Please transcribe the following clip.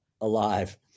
alive